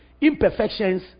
imperfections